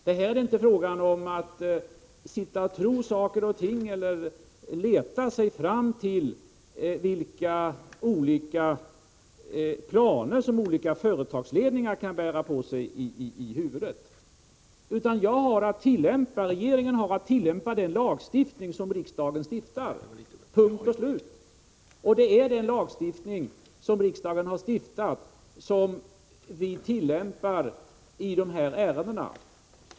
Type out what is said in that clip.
Det är inte fråga om att tro saker och ting eller att leta sig fram till vilka planer som olika företagsledningar kan ha i huvudet. Regeringen har att tillämpa de lagar som riksdagen stiftar — punkt och slut. Det är den lagstiftning som riksdagen har beslutat om som vi tillämpar i de här ärendena.